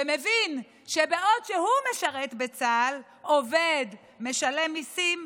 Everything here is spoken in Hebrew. ומבין שבעוד שהוא משרת בצה"ל, עובד, משלם מיסים,